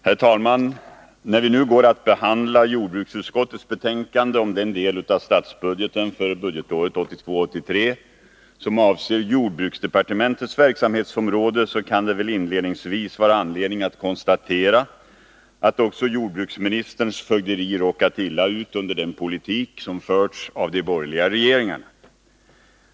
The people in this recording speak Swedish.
Herr talman! När vi nu går att behandla jordbruksutskottets betänkande om den del av statsbudgeten för budgetåret 1982/83 som avser jordbruksdepartementets verksamhetsområde, kan det väl inledningsvis vara anledning att konstatera att också jordbruksministerns fögderi råkat illa ut under den politik som förts av de borgerliga regeringarna.